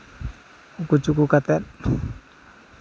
ᱩᱠᱩ ᱪᱩᱠᱩ ᱠᱟᱛᱮᱫ